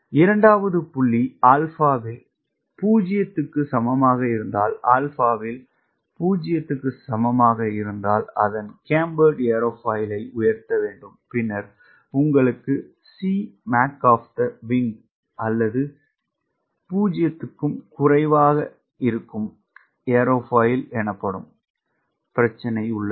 இரண்டாவது புள்ளி ஆல்பாவில் 0 க்கு சமமாக இருந்தால் ஆல்பாவில் 0 க்கு சமமாக இருந்தால் அதன் கேம்பர்டு ஏரோஃபாயிலை உயர்த்த வேண்டும் பின்னர் உங்களுக்கு Cmac of the wing அல்லது 0 க்கும் குறைவாக இருக்கும் ஏரோஃபாயில் எனப்படும் பிரச்சனை உள்ளது